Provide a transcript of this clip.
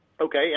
Okay